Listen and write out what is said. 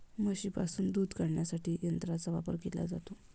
म्हशींपासून दूध काढण्यासाठी यंत्रांचा वापर केला जातो